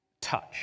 touch